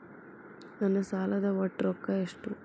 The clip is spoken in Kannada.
ನನ್ನ ಸಾಲದ ಒಟ್ಟ ರೊಕ್ಕ ಎಷ್ಟು?